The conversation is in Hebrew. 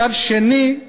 מצד שני,